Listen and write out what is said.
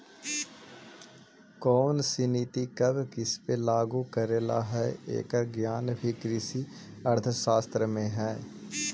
कौनसी नीति कब किसपे लागू करे ला हई, एकर ज्ञान भी कृषि अर्थशास्त्र में हई